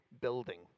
building